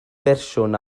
fersiwn